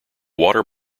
water